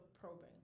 probing